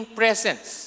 presence